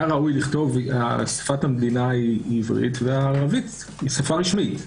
היה ראוי לכתוב ששפת המדינה היא עברית וערבית היא שפה רשמית.